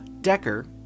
Decker